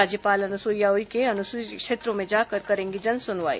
राज्यपाल अनुसुईया उइके अनुसूचित क्षेत्रों में जाकर करेंगी जनसुनवाई